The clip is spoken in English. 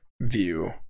view